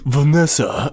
Vanessa